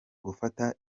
gufata